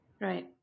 Right